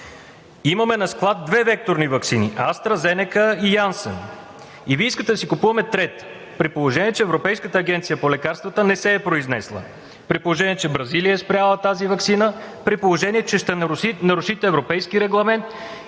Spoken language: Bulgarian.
Имаме на склад две векторни ваксини – „АстраЗенека“ и „Янсен“, и Вие искате да си купуваме трета, при положение че Европейската агенция по лекарствата не се е произнесла, при положение че Бразилия е спряла тази ваксина, при положение че ще нарушите европейски регламент